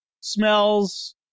smells